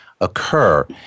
occur